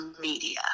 media